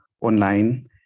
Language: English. online